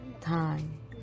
Time